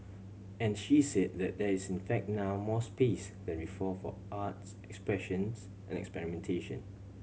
and she said there there is in fact now more space than for arts expressions and experimentation